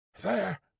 There